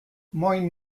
moin